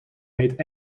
heet